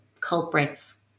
culprits